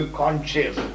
conscious